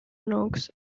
knox